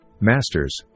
Masters